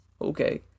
Okay